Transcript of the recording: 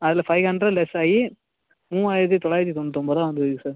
அதில் five hundred லெஸ்ஸாயி மூவாயிரத்தி தொள்ளாயிரத்தி தொண்ணூத்தொன்பது ருபா வந்துருக்குது சார்